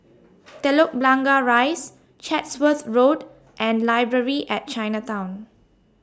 Telok Blangah Rise Chatsworth Road and Library At Chinatown